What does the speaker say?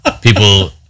people